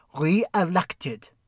re-elected